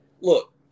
look